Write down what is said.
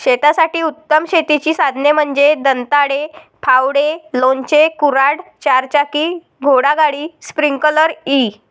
शेतासाठी उत्तम शेतीची साधने म्हणजे दंताळे, फावडे, लोणचे, कुऱ्हाड, चारचाकी घोडागाडी, स्प्रिंकलर इ